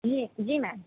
جی جی میم